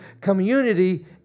community